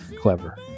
clever